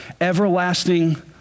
everlasting